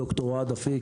ד"ר אוהד אפיק,